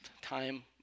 time